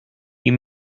you